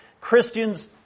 Christians